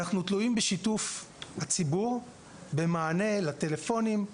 אנחנו תלויים בשיתוף הציבור, במענה לטלפונים,